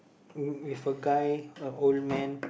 w~ with a guy a old man